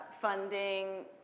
funding